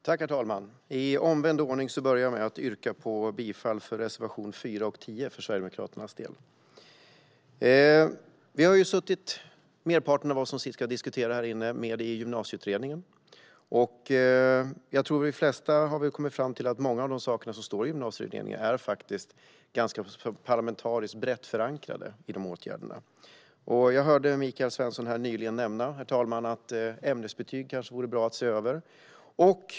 Herr talman! Jag börjar med att yrka bifall till reservationerna 4 och 10. Merparten av oss som ska debattera här har suttit med i Gymnasieutredningen. Jag tror att de flesta av oss har kommit fram till att många av de saker som står i Gymnasieutredningens betänkande, och de åtgärder som föreslås, är ganska brett förankrade parlamentariskt. Jag hörde Michael Svensson här nämna att det kanske vore bra att se över detta med ämnesbetyg.